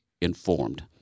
informed